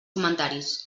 comentaris